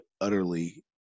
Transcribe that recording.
utterly